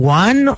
one